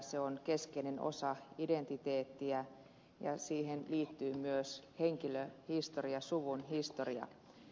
se on keskeinen osa identiteettiä ja siihen liittyy myös henkilöhistoria suvun historia